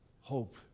hope